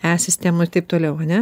e sistemą ir taip toliau ane